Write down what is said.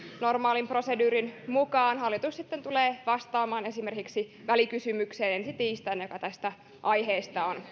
normaalin proseduurin mukaan hallitus sitten tulee esimerkiksi vastaamaan ensi tiistaina välikysymykseen joka tästä aiheesta on